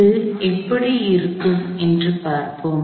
அது எப்படி இருக்கும் என்று பார்ப்போம்